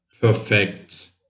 perfect